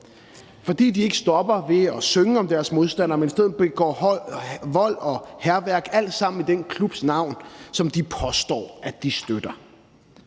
fordi de ikke stopper ved at synge om deres modstandere, men i stedet begår vold og hærværk, alt sammen i den klubs navn, som de påstår at de støtter,